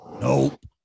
Nope